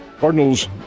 Cardinals